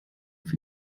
für